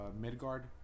Midgard